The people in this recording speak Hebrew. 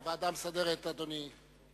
המסדרת, אדוני.